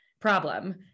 problem